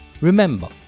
Remember